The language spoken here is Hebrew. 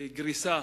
לגריסה